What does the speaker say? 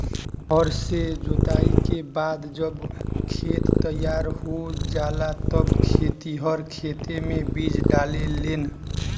हर से जोताई के बाद जब खेत तईयार हो जाला तब खेतिहर खेते मे बीज डाले लेन